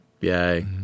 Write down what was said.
yay